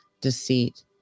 deceit